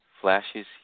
flashes